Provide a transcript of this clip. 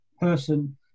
person